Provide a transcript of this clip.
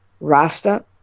Rasta